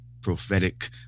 prophetic